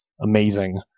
amazing